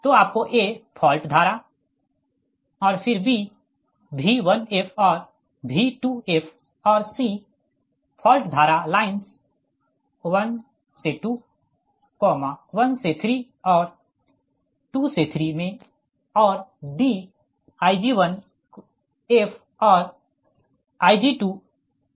तो आपको फॉल्ट धारा और फिर V1f और V2f और फॉल्ट धारा लाइन्स 1 2 1 3 और 2 3 में और Ig1f और Ig2f का निर्धारण करना है